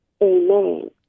Amen